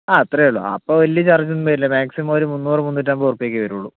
ആ അത്രയേ ഉള്ളു അപ്പോൾ വലിയ ചാർജ് ഒന്നും വരില്ല മാക്സിമം ഒരു മൂന്നൂറ് മൂന്നൂറ്റമ്പത് ഉറുപ്പികയേ വരുള്ളൂ